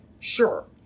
Sure